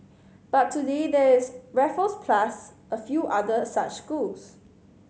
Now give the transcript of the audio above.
but today there is Raffles plus a few other such schools